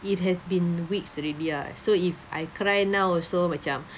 it has been weeks already ah so if I cry now also macam